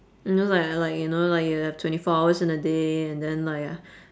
you know like I like you know like you have twenty four hours in a day and then like